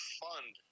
fund